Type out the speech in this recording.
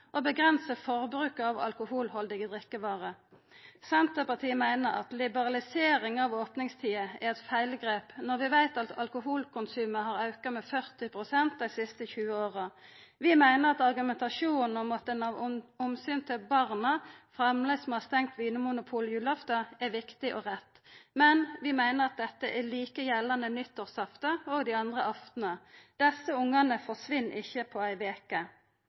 forbruket av alkoholhaldige drikkevarer. Senterpartiet meiner at liberalisering av opningstider er eit feilgrep når vi veit at alkoholkonsumet har auka med 40 pst. dei siste 20 åra. Vi meiner at argumentasjonen om at ein av omsyn til barna framleis må ha stengt Vinmonopolet julaftan, er viktig og rett, men vi meiner at dette er like gjeldande nyttårsaftan og dei andre aftnane. Ungane forsvinn ikkje på ei veke.